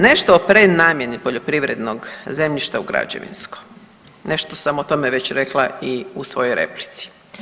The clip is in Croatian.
Nešto o prenamjeni poljoprivrednog zemljišta u građevinsko, nešto sam o tome već rekla i u svojoj replici.